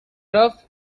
rough